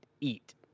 eat